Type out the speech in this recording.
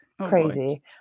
crazy